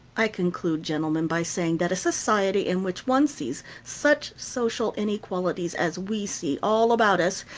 i conclude, gentlemen, by saying that a society in which one sees such social inequalities as we see all about us,